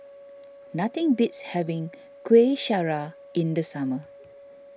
nothing beats having Kueh Syara in the summer